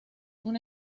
una